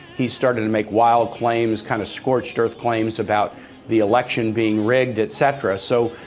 he's started to make wild claims, kind of scorched earth claims about the election being rigged, et cetera. so,